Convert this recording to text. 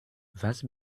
was